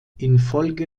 infolge